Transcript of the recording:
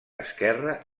esquerra